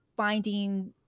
Finding